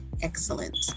excellent